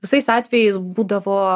visais atvejais būdavo